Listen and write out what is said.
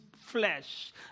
flesh